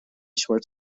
short